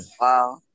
Wow